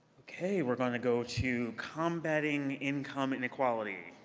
okay. we're going to go to combating income inequality,